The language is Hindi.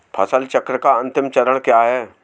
फसल चक्र का अंतिम चरण क्या है?